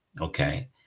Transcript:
Okay